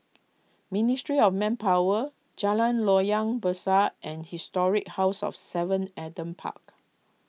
Ministry of Manpower Jalan Loyang Besar and Historic House of Seven Adam Park